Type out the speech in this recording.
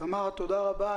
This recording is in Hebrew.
תמרה טובה רבה.